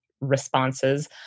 responses